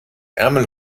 ärmel